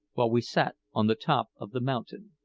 while we sat on the top of the mountain.